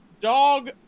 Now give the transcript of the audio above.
dog